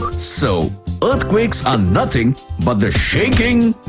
so earthquakes are nothing but the shaking,